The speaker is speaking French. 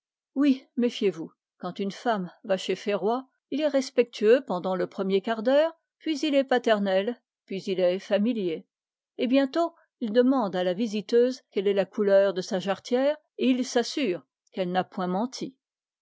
oui quand une femme va chez ferroy il est respectueux pendant le premier quart d'heure puis il est paternel puis il est familier et bientôt il demande à la visiteuse quelle est la couleur de sa jarretière et il s'assure qu'elle n'a point menti